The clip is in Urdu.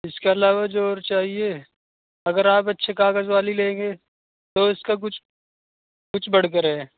اس کے علاوہ جو اور چاہیے اگر آپ اچھے کاغذ والی لیں گے تو اس کا کچھ کچھ بڑھ کر ہے